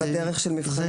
בזמנו,